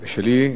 ושלי,